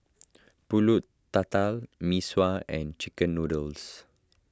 Pulut Tatal Mee Sua and Chicken Noodles